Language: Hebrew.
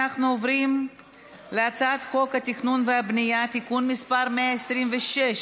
אנחנו עוברים להצעת חוק התכנון והבנייה (תיקון מס' 126),